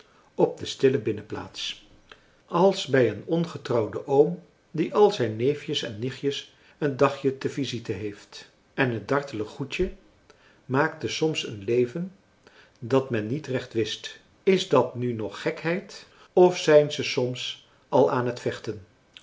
op de stille binnenplaats als bij een ongetrouwden oom die al zijn neefjes en nichtjes een dagje te visite heeft en het dartele goedje maakte soms een leven dat men niet recht wist is dat nu nog gekheid of zijn ze soms al aan het vechten